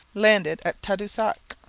landed at tadoussac.